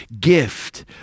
gift